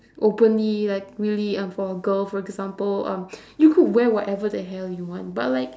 openly like really um for a girl for example um you could wear whatever the hell you want but like